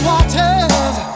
Waters